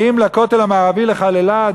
באים לכותל המערבי לחללו,